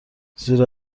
زیر